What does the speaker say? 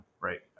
right